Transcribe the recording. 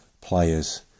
players